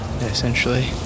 essentially